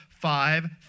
five